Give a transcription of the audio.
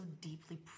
deeply